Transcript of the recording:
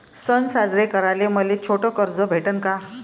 सन साजरे कराले मले छोट कर्ज भेटन का?